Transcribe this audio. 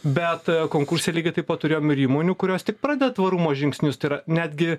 bet konkurse lygiai taip pat turėjom ir įmonių kurios tik pradeda tvarumo žingsnius tai yra netgi